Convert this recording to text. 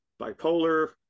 bipolar